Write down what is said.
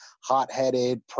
hot-headed